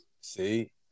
See